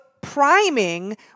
priming